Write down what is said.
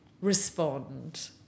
respond